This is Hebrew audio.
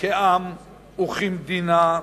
כעם וכמדינה,